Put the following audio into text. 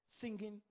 singing